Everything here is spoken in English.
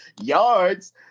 yards